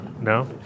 No